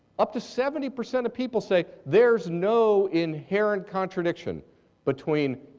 up to seventy percent of people say there's no inherent contradiction between